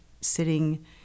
sitting